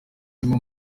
birimo